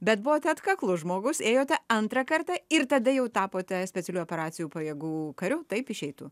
bet buvote atkaklus žmogus ėjote antrą kartą ir tada jau tapote specialiųjų operacijų pajėgų kariu taip išeitų